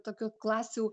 tokių klasių